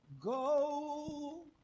go